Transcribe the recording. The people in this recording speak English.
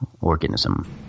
organism